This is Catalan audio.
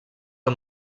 amb